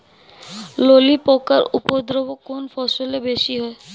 ললি পোকার উপদ্রব কোন ফসলে বেশি হয়?